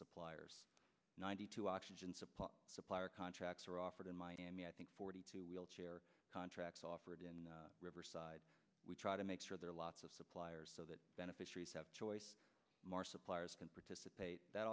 suppliers ninety two oxygen supply supplier contracts are offered in miami i think forty two wheelchair contracts offered in riverside we try to make sure there are lots of suppliers so that beneficiaries have choice more suppliers can participate that